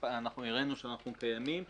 הראינו שאנחנו קיימים.